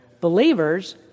Believers